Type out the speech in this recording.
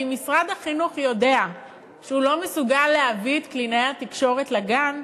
ואם משרד החינוך יודע שהוא לא מסוגל להביא את קלינאי התקשורת לגן,